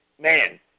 man